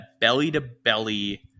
belly-to-belly